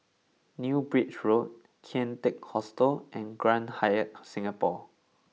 New Bridge Road Kian Teck Hostel and Grand Hyatt Singapore